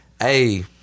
Hey